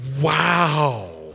Wow